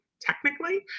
technically